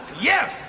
Yes